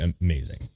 amazing